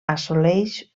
assoleix